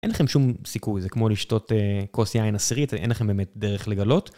אין לכם שום סיכוי, זה כמו לשתות כוס יין עשירית, אין לכם באמת דרך לגלות.